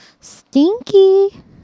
Stinky